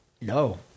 No